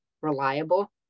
reliable